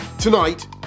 Tonight